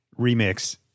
Remix